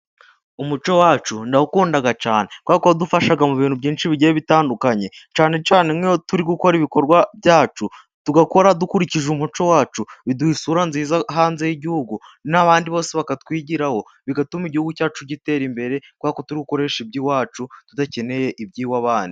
Umuco wacu ndawukunda cyane kubera ko uradufasha mu bintu byinshi bigiye bitandukanye cyane cyane nkiyo turi gukora ibikorwa byacu tugakora dukurikije umuco wacu biduha isura nziza hanze y'igihugu n'abandi bose bakatwigiraho bigatuma igihugu cyacu gitera imbere kubera ko turikoresha iby'iwacu tudakeneye iby'iwabandi.